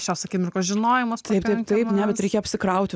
šios akimirkos žinojimas taip taip ne bet reikia apsikrauti